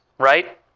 Right